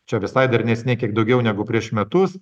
čia visai dar neseniai kiek daugiau negu prieš metus